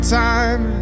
time